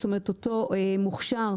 אותו מוכשר,